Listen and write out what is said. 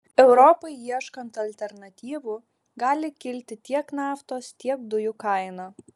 europai ieškant alternatyvų gali kilti tiek naftos tiek dujų kaina